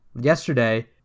yesterday